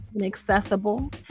inaccessible